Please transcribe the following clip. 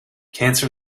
cancer